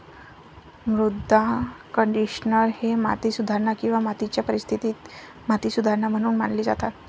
मृदा कंडिशनर हे माती सुधारणा किंवा मातीच्या परिस्थितीत माती सुधारणा म्हणून मानले जातात